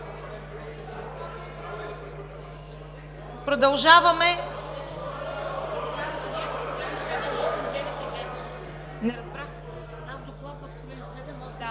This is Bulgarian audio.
Продължаваме.